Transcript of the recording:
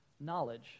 knowledge